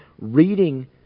reading